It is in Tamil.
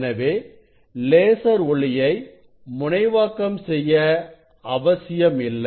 எனவே லேசர் ஒளியை முனைவாக்கம் செய்ய அவசியமில்லை